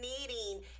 needing